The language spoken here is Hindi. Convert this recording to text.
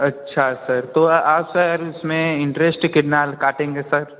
अच्छा सर तो आप सर इसमें इंटरेष्ट कितना काटेंगे सर